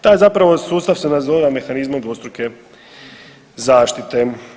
Taj zapravo sustav se naziva mehanizmom dvostruke zaštite.